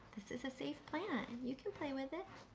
this is a safe plant. and you can play with it.